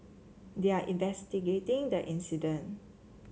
they are investigating the incident